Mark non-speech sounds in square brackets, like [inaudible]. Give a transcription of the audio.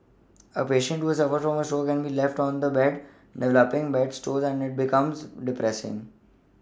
[noise] a patient who has suffered a stroke can be left on the bed develoPing bed sores and it becomes depressing [noise]